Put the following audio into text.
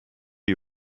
die